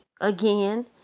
again